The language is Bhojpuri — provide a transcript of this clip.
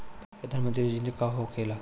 प्रधानमंत्री योजना का होखेला?